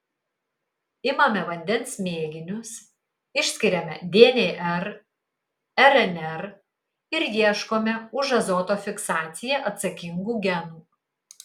imame vandens mėginius išskiriame dnr rnr ir ieškome už azoto fiksaciją atsakingų genų